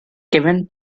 given